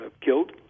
killed